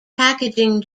packaging